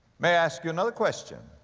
may i ask you another question